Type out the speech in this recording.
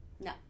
No